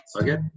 Okay